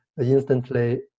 instantly